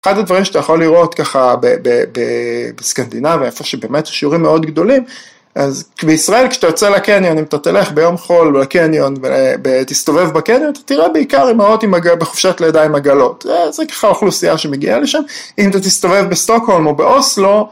אחד הדברים שאתה יכול לראות ככה בסקנדינביה איפה שבאמת שיעורים מאוד גדולים אז בישראל כשאתה יוצא לקניון אם אתה תלך ביום חול לקניון ותסתובב בקניון אתה תראה בעיקר אימהות בחופשת לידה עם עגלות. זה ככה האוכלוסייה שמגיעה לשם. אם אתה תסתובב בשטוקהולם או באוסלו